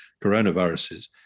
coronaviruses